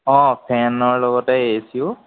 অ ফেনৰ লগতে এ চিও